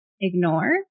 ignore